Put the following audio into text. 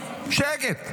שקט.